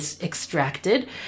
extracted